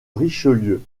richelieu